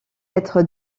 être